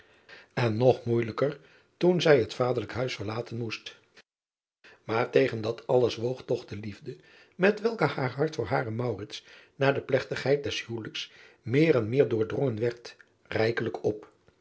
en nog moerder toen zij het vaderlijk huis verlaten moest aar tegen dat alles woog toch de liefde met welke haar hart voor haren na de plegtigheid des huwelijks meer en meer doordrongen werd rijkelijk op